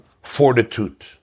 fortitude